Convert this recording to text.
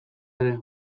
ere